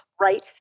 right